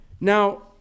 Now